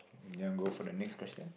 you want go for the next question